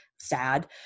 sad